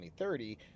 2030